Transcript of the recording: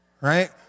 right